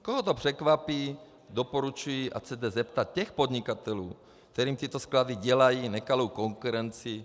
Koho to překvapí, doporučuji, ať se jde zeptat těch podnikatelů, kterým tyto sklady dělají nekalou konkurenci.